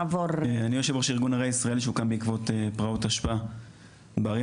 אני יושב ראש ארגון ערי ישראלי שהוקם בעקבות פרעות תשפ"א בערים